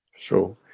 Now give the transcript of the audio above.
Sure